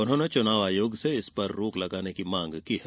उन्होंने चुनाव आयोग से इस पर रोक लगाने की मांग की है